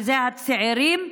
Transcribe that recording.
שהיא הצעירים,